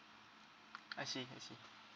I see I see